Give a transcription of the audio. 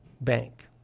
bank